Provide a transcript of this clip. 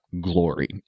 glory